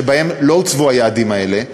שבה לא הוצבו היעדים האלה.